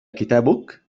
كتابك